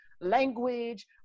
language